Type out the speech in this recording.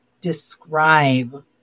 describe